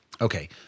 Okay